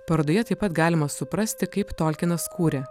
parodoje taip pat galima suprasti kaip tolkinas kūrė